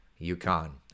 Yukon